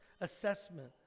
assessment